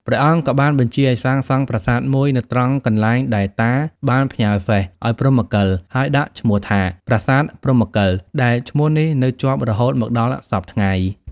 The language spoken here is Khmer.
ព្រះអង្គក៏បានបញ្ជាឱ្យសាងសង់ប្រាសាទមួយនៅត្រង់កន្លែងដែលតាបានផ្ញើសេះឱ្យព្រហ្មកិល ហើយដាក់ឈ្មោះថា "ប្រាសាទព្រហ្មកិល" ដែលឈ្មោះនេះនៅជាប់រហូតមកដល់សព្វថ្ងៃ ។